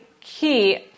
key